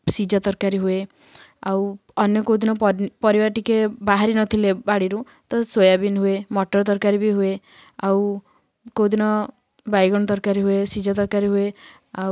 ସିଝା ତରକାରୀ ହୁଏ ଆଉ ଅନ୍ୟ କେଉଁଦିନ ପରିବା ଟିକେ ବାହାରି ନଥିଲେ ବାଡ଼ିରୁ ତ ସାୟାବିନ ହୁଏ ମଟର ତରକାରୀ ବି ହୁଏ ଆଉ କେଉଁ ଦିନ ବାଇଗଣ ତରକାରୀ ହୁଏ ସିଝା ତରକାରୀ ହୁଏ ଆଉ